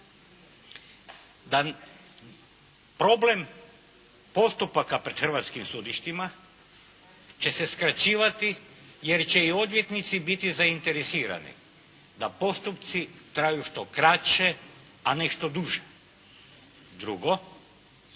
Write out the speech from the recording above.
da problem postupaka pred hrvatskim sudištima će se skraćivati jer će i odvjetnici biti zainteresirani da postupci traju što kraće a ne što duže. Drugo,